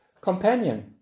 companion